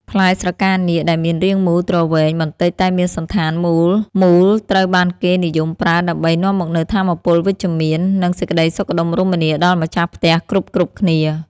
ផ្លែស្រកានាគដែលមានរាងមូលទ្រវែងបន្តិចតែមានសណ្ឋានមូលមូលត្រូវបានគេនិយមប្រើដើម្បីនាំមកនូវថាមពលវិជ្ជមាន និង សេចក្តីសុខដុមរមនាដល់ម្ចាស់ផ្ទះគ្រប់ៗគ្នា។